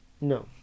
No